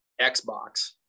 Xbox